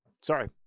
Sorry